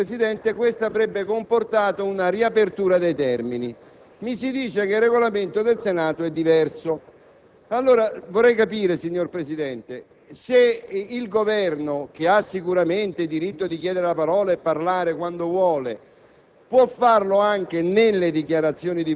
Secondo il Regolamento della Camera, Presidente, questo avrebbe comportato una riapertura dei termini. Mi si dice che il Regolamento del Senato è diverso. Signor Presidente, vorrei allora capire se il Governo, che ha sicuramente diritto di chiedere la parola e di intervenire quando vuole,